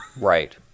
right